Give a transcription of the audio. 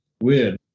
weird